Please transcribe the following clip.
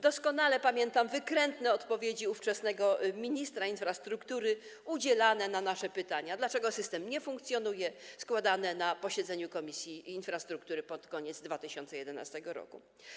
Doskonale pamiętam wykrętne odpowiedzi ówczesnego ministra infrastruktury udzielane na nasze pytania, dlaczego system nie funkcjonuje, składane na posiedzeniu Komisji Infrastruktury pod koniec 2011 r.